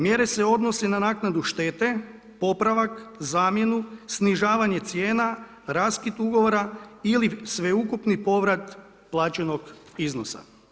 Mjere se odnose na naknadu štete, popravak, zamjenu, snižavanje cijena, raskid ugovor ili sveukupni povrat plaćenog iznosa.